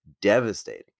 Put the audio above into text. devastating